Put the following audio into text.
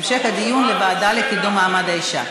המשך הדיון בוועדה לקידום מעמד האישה.